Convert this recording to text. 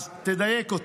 אז תדייק אותו.